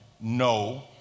no